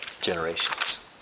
generations